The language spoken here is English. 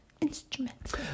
Instruments